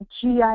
GI